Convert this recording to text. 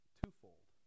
twofold